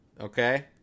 okay